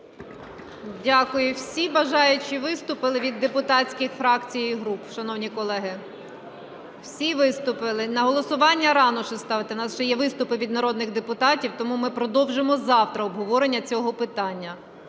Дякую. Всі бажаючі виступили від депутатських фракцій і груп, шановні колеги? Всі виступили. На голосування рано ще ставити. У нас ще є виступи від народних депутатів, тому ми продовжимо завтра обговорення цього питання.